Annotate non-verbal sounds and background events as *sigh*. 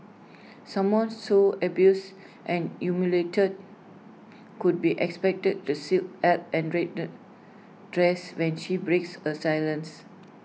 someone so abused and humiliated could be expected to seek help and *unintelligible* dress when she breaks her silence